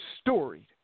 storied